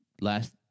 last